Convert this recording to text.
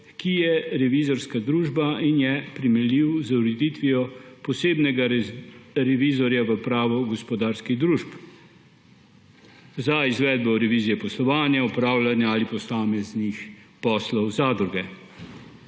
ki je revizorska družba in je primerljiv z ureditvijo posebnega revizorja v pravu gospodarskih družb za izvedbo revizije poslovanja, upravljanja ali posameznih poslov zadruge.